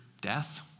death